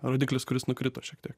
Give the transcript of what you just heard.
rodiklis kuris nukrito šiek tiek